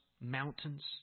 mountains